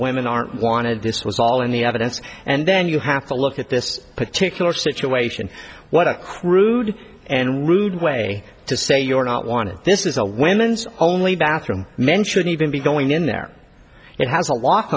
women aren't wanted this was all in the evidence and then you have to look at this particular situation what a crude and rude way to say you're not wanted this is a women's only bathroom men should even be going in there it has